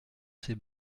ces